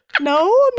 No